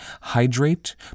hydrate